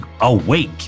awake